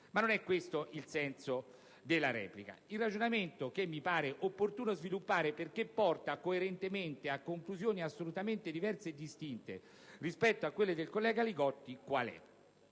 Ma non è questo il senso della replica. Il ragionamento che mi pare opportuno sviluppare, perché porta coerentemente a conclusioni assolutamente diverse e distinte rispetto a quelle del collega Li Gotti, è